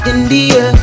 India